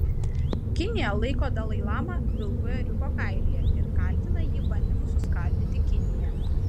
kinija laiko dalai lamą vilku ėriuko kailyje ir kaltina jį bandymu suskaldyti kiniją